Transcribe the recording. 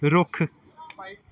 ਰੁੱਖ